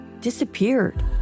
disappeared